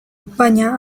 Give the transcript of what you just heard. baina